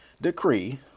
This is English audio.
decree